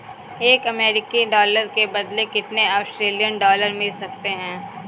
एक अमेरिकी डॉलर के बदले कितने ऑस्ट्रेलियाई डॉलर मिल सकते हैं?